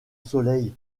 soleil